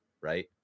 right